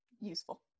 useful